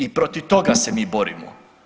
I protiv toga se mi borimo.